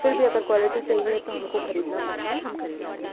फिर भी अगर क्वालिटी चाहिए तो हमको खरीदना पड़ता है हम खरीदते हैं